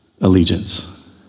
allegiance